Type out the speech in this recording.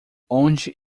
onde